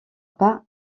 pas